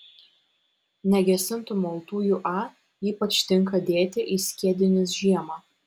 negesintų maltųjų a ypač tinka dėti į skiedinius žiemą